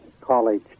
college